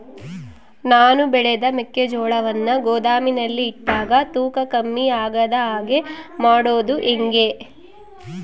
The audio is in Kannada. ನಾನು ಬೆಳೆದ ಮೆಕ್ಕಿಜೋಳವನ್ನು ಗೋದಾಮಿನಲ್ಲಿ ಇಟ್ಟಾಗ ತೂಕ ಕಮ್ಮಿ ಆಗದ ಹಾಗೆ ಮಾಡೋದು ಹೇಗೆ?